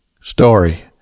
story